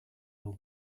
who